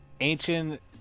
ancient